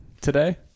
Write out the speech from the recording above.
today